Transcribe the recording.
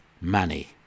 money